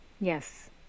Yes